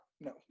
No